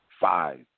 five